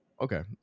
Okay